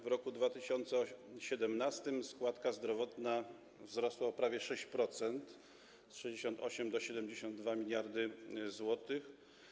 W roku 2017 składka zdrowotna wzrosła o prawie 6%, z 68 do 72 mld zł.